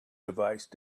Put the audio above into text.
device